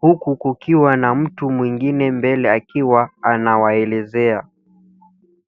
huku kukiwa na mtu mwingine mbele akiwa anawaelezea.